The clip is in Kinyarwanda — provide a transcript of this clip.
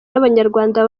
n’abanyarwanda